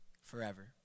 forever